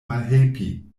malhelpi